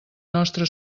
nostra